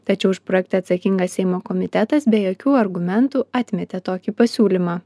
tačiau už projektą atsakingas seimo komitetas be jokių argumentų atmetė tokį pasiūlymą